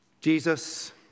Jesus